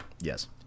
yes